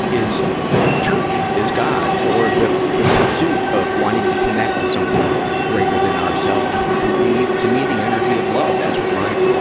church, is god, or the, the pursuit of wanting to connect to something greater than ourselves. which would be, to me, the energy of love. that's what my,